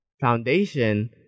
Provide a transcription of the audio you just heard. foundation